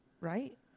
right